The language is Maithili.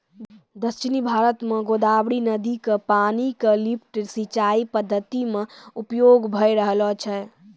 दक्षिण भारत म गोदावरी नदी र पानी क लिफ्ट सिंचाई पद्धति म प्रयोग भय रहलो छै